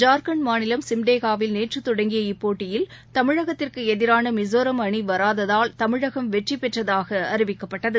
ஜார்க்கண்ட் மாநிலம் ஷிம்டேகாவில் நேற்றுதொடங்கிய இப்போட்டியில் தமிழகத்திற்குஎதிரானமிசோராம் அணிவராததால் தமிழகம் வெற்றிபெற்றதாகஅறிவிக்கப்பட்டது